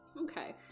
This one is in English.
okay